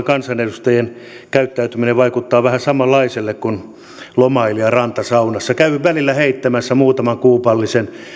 kansanedustajien käyttäytyminen vaikuttaa vähän samanlaiselle kuin lomailija rantasaunassa käy välillä heittämässä muutaman kuupallisen